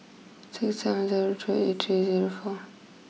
six seven zero three eight three zero four